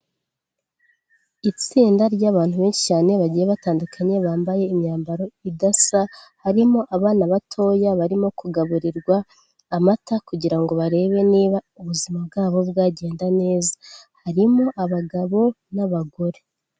Itsinda ry'abantu benshi cyane bagiye batandukanye bambaye imyambaro idasa, harimo abana batoya barimo kugaburirwa amata kugira ngo barebe niba ubuzima bwabo bwagenda neza. Harimo abagabo n'abagore.